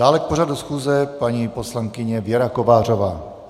Dále k pořadu schůze paní poslankyně Věra Kovářová.